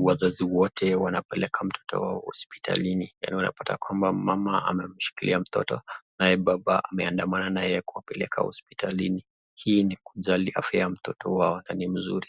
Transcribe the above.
wazazi wote wanapeleka mtoto wao hospitalini. Yaani unapata kwamba mama amemshikilia mtoto naye baba ameandamana naye kuwapeleka hospitalini. Hii ni kujali afya ya mtoto wao na ni mzuri.